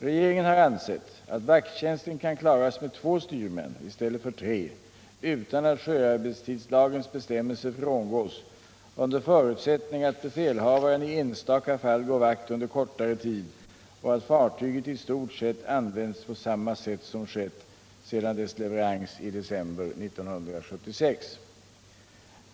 Regeringen har ansett att vakttjänsten kan klaras med två styrmän i stället för tre utan att sjöarbetstidslagens bestämmelser frångås, under förutsättning att befälhavaren i enstaka fall går vakt under kortare tid och att fartyget i stort sett används på samma sätt som skett sedan dess leverans i december 1976.